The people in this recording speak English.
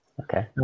Okay